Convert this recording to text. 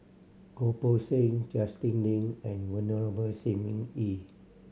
Goh Poh Seng Justin Lean and Venerable Shi Ming Yi